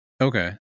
okay